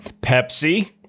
Pepsi